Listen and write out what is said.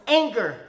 anger